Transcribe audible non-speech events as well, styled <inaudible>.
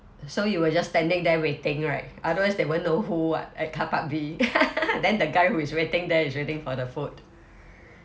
so you were just standing there waiting right otherwise they won't know who what at car park B <laughs> then the guy who is waiting there is waiting for the food